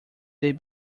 they